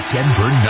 Denver